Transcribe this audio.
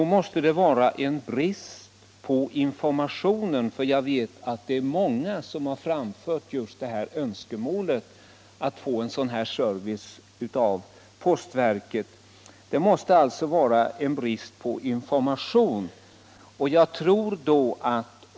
Då måste det vara brist på information, för jag vet att det är många som har framfört just detta önskemål — att få en sådan här service av 29 postverket.